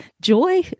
joy